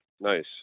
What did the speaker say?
Nice